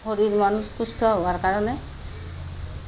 শৰীৰ মন সুস্থ হোৱাৰ কাৰণে